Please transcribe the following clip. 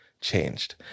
changed